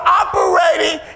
operating